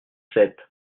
sept